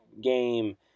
game –